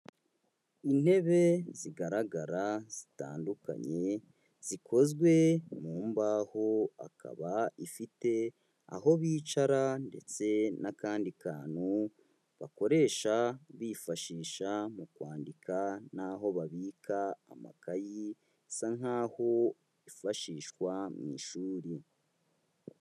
Intebe zigaragara zitandukanye zikozwe mu mbaho, akaba ifite aho bicara ndetse n'akandi kantu bakoresha bifashisha mu kwandika n'aho babika amakayi, isa nkaho yifashishwa mu ishuri.